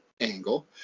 angle